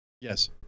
Yes